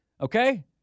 okay